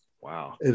Wow